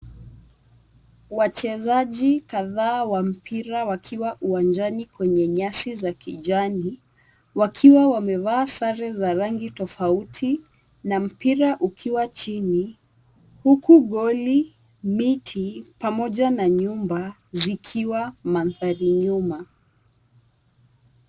Wachezaji kadhaa wa mpira wakiwa uwanjani kwenye nyasi za kijani wakiwa wamevaa sare za rangi tofauti na mpira ukiwa chini huku goli, miti pamoja na nyumba zikiwa mandhari nyuma.